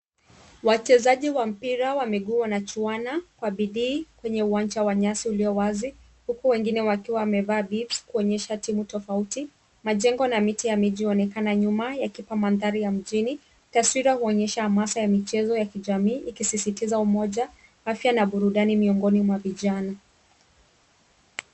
Wachezaji wa mpira wa miguu wanachuana, kwa bidii kwenye uwanja wa nyasi uliowazi, huku wengine wakiwa wamevaa bibs kuonyesha timu tofauti .Majengo na miti ya miji huonekana nyuma, yakipa mandahri ya mjini. Taswira huonyesha amasa ya michezo ya kijamii, ikisisitiza umoja, afya na burudani miongoni mwa vijana.